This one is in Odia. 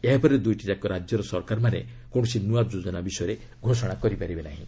ଏହାପରେ ଦୁଇଟିଯାକ ରାଜ୍ୟର ସରକାରମାନେ କୌଣସି ନୂଆ ଯୋଜନା ବିଷୟରେ ଘୋଷଣା କରିପାରିବେ ନାହିଁ